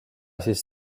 siis